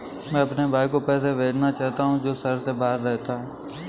मैं अपने भाई को पैसे भेजना चाहता हूँ जो शहर से बाहर रहता है